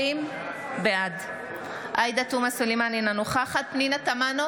בעד עאידה תומא סלימאן, אינה נוכחת פנינה תמנו,